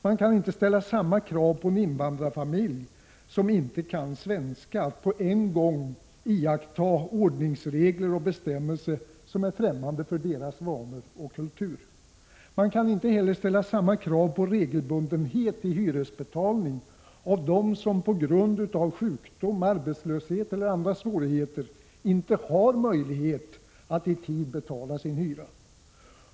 Man kan inte ställa samma krav på en invandrarfamilj, som inte kan svenska, att på en gång iaktta ordningsregler och bestämmelser som är främmande för deras vanor och kultur. Man kan inte heller kräva samma regelbundenhet när det gäller betalning av hyra av dem som på grund av sjukdom, arbetslöshet eller andra svårigheter inte har möjlighet att i tid betala sin hyra.